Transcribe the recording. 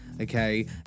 okay